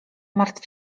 martw